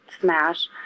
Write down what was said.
smash